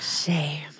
Shame